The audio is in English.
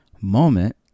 moment